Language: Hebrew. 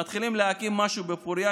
מתחילים להקים משהו בפוריה,